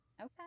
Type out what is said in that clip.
Okay